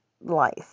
life